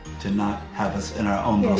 to not have us in our own